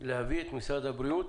להביא את משרד הבריאות